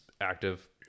active